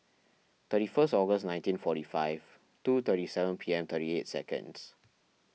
thirty first August nineteen forty five two thirty seven P M thirty eight seconds